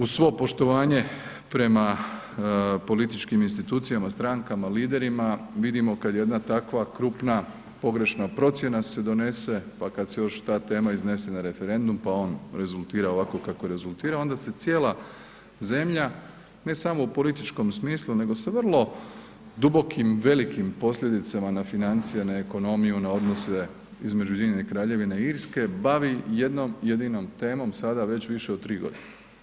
Uz svo poštovanje prema političkim institucijama, strankama, liderima vidimo kada jedna takva krupna pogrešna procjena se donese pa kada se još ta tema iznese na referendum pa on rezultira ovako kako rezultira onda se cijela zemlja, ne samo u političkom smislu nego sa vrlo dubokim velikim posljedicama na financije, na ekonomiju, na odnose između Ujedinjene Kraljevine i Irske bavi jednom jedinom temom sada već više od tri godine.